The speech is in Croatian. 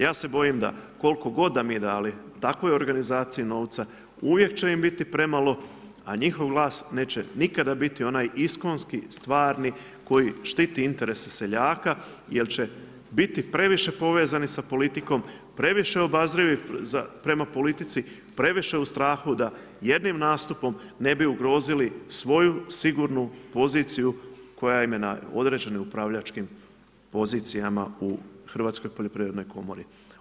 Ja se bojim da koliko god da mi dali takvoj organizaciji novca uvijek će im biti premalo a njihov glas neće nikada biti onaj iskonski, stvarni koji štiti interese seljaka jer će biti previše povezani sa politikom, previše obazrivi prema politici, previše u strahu da jednim nastupom ne bi ugrozili svoju sigurnu poziciju koja im je na određenim upravljačkim pozicijama u HPK.